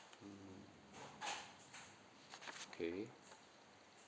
mmhmm okay